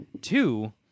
Two